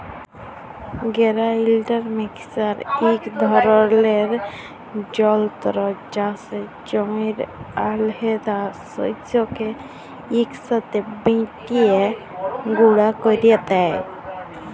grinder mixer ইক ধরলের যল্তর চাষের জমির আলহেদা শস্যকে ইকসাথে বাঁটে গুঁড়া ক্যরে দেই